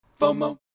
FOMO